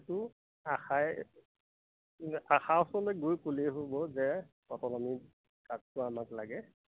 এইটো আশাই আশা ওচৰলৈ গৈ কলেই হ'ব যে অটল অমৃত কাৰ্ডটো আমাক লাগে